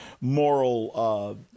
moral